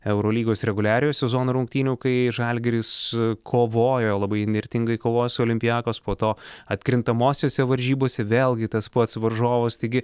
eurolygos reguliariojo sezono rungtynių kai žalgiris kovojo labai įnirtingai kovojo su olympiakos po to atkrintamosiose varžybose vėlgi tas pats varžovas taigi